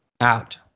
out